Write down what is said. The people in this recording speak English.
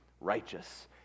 righteous